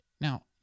now